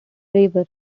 flavor